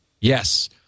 Yes